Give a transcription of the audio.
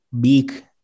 big